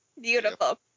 Beautiful